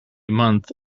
month